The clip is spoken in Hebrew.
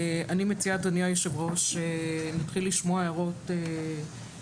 אני מציעה אדוני היושב ראש שנתחיל לשמוע הערות של